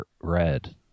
red